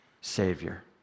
savior